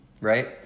right